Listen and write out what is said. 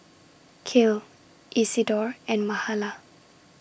Cale Isidor and Mahala